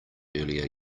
earlier